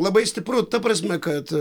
labai stipru ta prasme kad